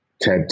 TED